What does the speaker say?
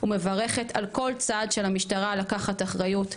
ומברכת על כל צעד של המשטרה לקחת אחריות,